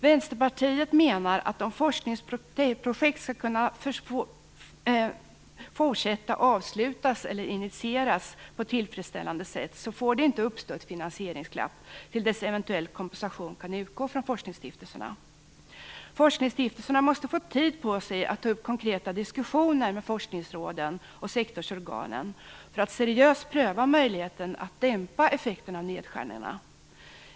Vänsterpartiet menar att om forskningsprojekt skall kunna fortsätta, avslutas eller initieras på ett tillfredsställande sätt får det inte uppstå ett finansieringsglapp till dess att eventuell kompensation kan utgå från forskningsstiftelserna. Forskningsstiftelserna måste få tid på sig att ta upp konkreta diskussioner med forskningsråden och sektorsorganen för att seriöst pröva möjligheten att dämpa effekten av nedskärningarna.